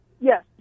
Yes